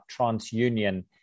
TransUnion